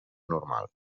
normal